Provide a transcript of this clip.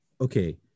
okay